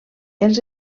els